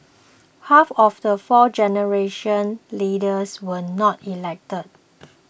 half of the fourth generation leaders were not elected